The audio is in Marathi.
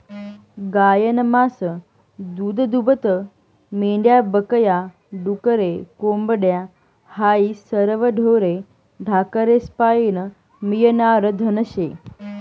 गायनं मास, दूधदूभतं, मेंढ्या बक या, डुकरे, कोंबड्या हायी सरवं ढोरे ढाकरेस्पाईन मियनारं धन शे